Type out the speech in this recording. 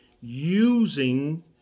using